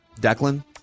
Declan